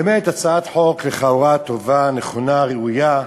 באמת הצעת חוק לכאורה טובה, נכונה, ראויה,